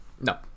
No